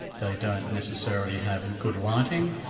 they don't necessarily have good lighting,